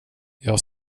jag